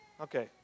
Okay